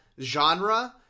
Genre